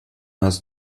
hast